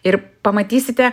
ir pamatysite